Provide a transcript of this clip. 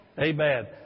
Amen